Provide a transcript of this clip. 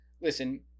listen